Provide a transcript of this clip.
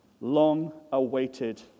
long-awaited